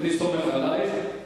אני סומך עלייך.